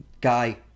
guy